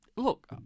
Look